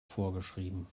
vorgeschrieben